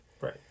Right